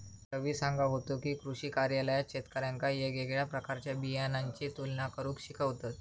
रवी सांगा होतो की, कृषी कार्यालयात शेतकऱ्यांका येगयेगळ्या प्रकारच्या बियाणांची तुलना करुक शिकवतत